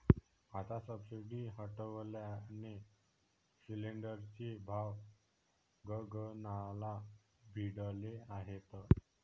आता सबसिडी हटवल्याने सिलिंडरचे भाव गगनाला भिडले आहेत